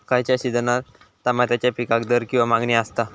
खयच्या सिजनात तमात्याच्या पीकाक दर किंवा मागणी आसता?